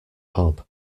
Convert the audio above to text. hob